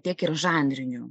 tiek ir žanriniu